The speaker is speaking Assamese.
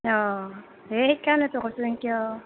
অঁ এই সেই কাৰণেতো কৈছোঁ ইনকে অঁ